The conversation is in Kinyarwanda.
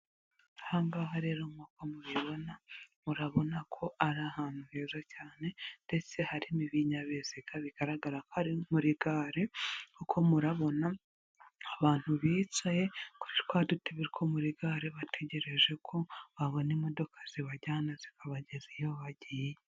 Aha ngaha rero nk'uko mubibona murabona ko ari ahantu heza cyane ndetse harimo ibinyabiziga bigaragara ko ari muri gare kuko murabona abantu bicaye kuri twa dutebe two muri gare bategereje ko babona imodoka zibajyana zikabageza iyo bagiye.